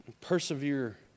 Persevere